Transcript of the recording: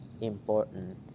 important